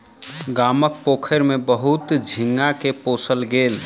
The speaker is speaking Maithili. गामक पोखैर में बहुत झींगा के पोसल गेल